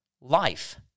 life